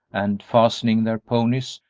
and, fastening their ponies,